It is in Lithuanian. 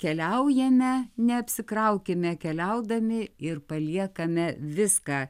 keliaujame neapsikraukime keliaudami ir paliekame viską